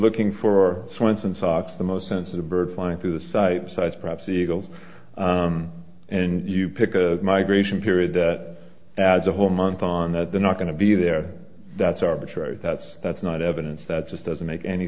looking for science and socks the most sensitive bird flying through the sites eyes perhaps eagles and you pick a migration period that adds a whole month on that they're not going to be there that's arbitrary that's that's not evidence that just doesn't make any